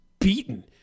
beaten